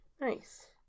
Nice